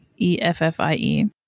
E-F-F-I-E